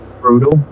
Brutal